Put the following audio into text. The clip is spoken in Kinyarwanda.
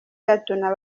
gatuna